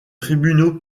tribunaux